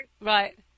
Right